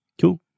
Cool